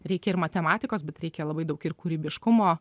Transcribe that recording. reikia ir matematikos bet reikia labai daug ir kūrybiškumo